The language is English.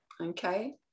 Okay